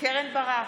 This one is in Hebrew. קרן ברק,